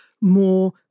more